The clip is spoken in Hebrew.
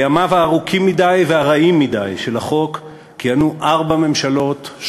בימיו הארוכים מדי והרעים מדי של החוק כיהנו ארבע ממשלות,